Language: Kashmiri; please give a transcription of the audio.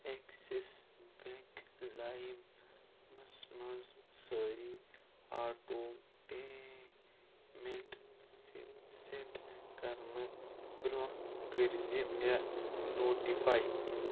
اٮ۪کسِس بٮ۪نٛک لایِم مَس منٛز سٲری آٹو پیمٮ۪نٛٹ سہِ سٮ۪ٹ کرنہٕ برٛۄنٛہہ کٔرۍ زِ مےٚ نوٹِفَے